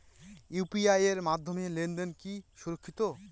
UPI এর মাধ্যমে লেনদেন কি সুরক্ষিত?